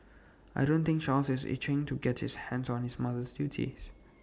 I don't think Charles is itching to get his hands on his mother's duties